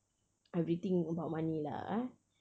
everything about money lah eh